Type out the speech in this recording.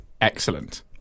Excellent